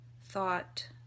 thought